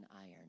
iron